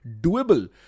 doable